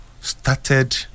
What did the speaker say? started